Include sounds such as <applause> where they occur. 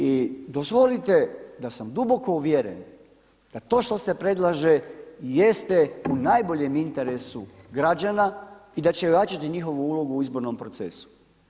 I dozvolite da sam duboko uvjeren da to što se predlaže jeste u najboljem interesu građana i da će ... <unintelligible> njihovu ulogu u izbornom procesu.